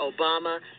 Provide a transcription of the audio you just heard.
Obama